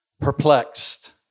perplexed